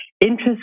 interest